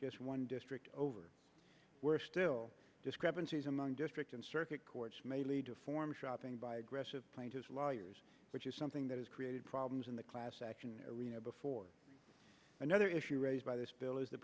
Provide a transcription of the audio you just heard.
just one district over were still discrepancies among district and circuit courts may lead to form shopping by aggressive plaintiff's lawyers which is something that has created problems in the class action arena before another issue raised by this bill is the